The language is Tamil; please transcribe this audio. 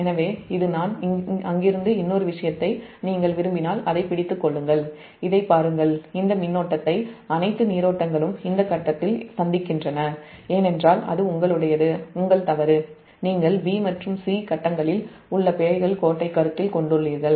எனவே இது நான் அங்கிருந்து இன்னொரு விஷயத்தை நீங்கள் விரும்பினால் அதைப் பிடித்துக் கொள்ளுங்கள் இதைப் பாருங்கள் இந்த மின்னோட்டத்தை அனைத்து நீரோட்டங்களும் இந்த ஃபேஸ்ல் சந்திக்கின்றன ஏனென்றால் அது உங்களுடையது உங்கள் தவறு நீங்கள் 'b' மற்றும் 'c' கட்டங்களில் உள்ள பிழைகள் கோட்டைக் கருத்தில் கொண்டுள்ளீர்கள்